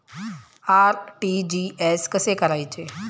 RTGS कसे करायचे?